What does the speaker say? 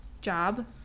job